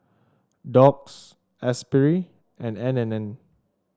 Doux Espirit and N and N